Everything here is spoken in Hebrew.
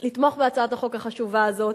לתמוך בהצעת החוק החשובה הזאת,